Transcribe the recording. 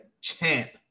champ